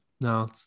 No